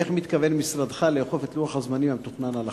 איך מתכוון משרדך לאכוף את לוח הזמנים המתוכנן על החברה?